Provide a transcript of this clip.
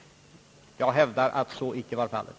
Jag hävdar att så inte var fallet.